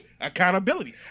Accountability